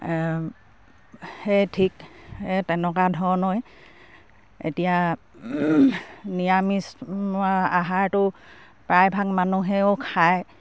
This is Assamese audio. সেই ঠিক তেনেকুৱা ধৰণে এতিয়া নিৰামিষ আহাৰটো প্ৰায়ভাগ মানুহেও খায়